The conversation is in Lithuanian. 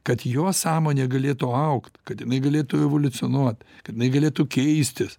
kad jo sąmonė galėtų augt kad jinai galėtų evoliucionuot jinai galėtų keistis